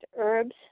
herbs